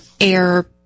air